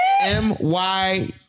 M-Y